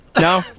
No